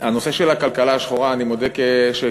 הנושא של הכלכלה השחורה, אני מודה שכחבר